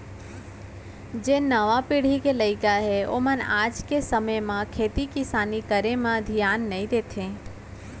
जेन नावा पीढ़ी के लइका हें ओमन आज के समे म खेती किसानी करे म धियान नइ देत हें